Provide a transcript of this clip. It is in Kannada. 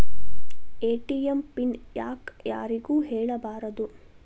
ಎ.ಟಿ.ಎಂ ಪಿನ್ ಯಾಕ್ ಯಾರಿಗೂ ಹೇಳಬಾರದು?